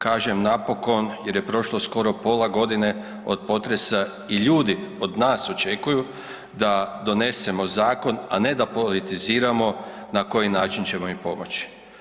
Kaže, napokon jer je prošlo skoro pola godine od potresa i ljudi od nas očekuju da donesemo zakon, a ne da politiziramo na koji način ćemo im pomoći.